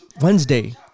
Wednesday